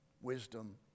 Wisdom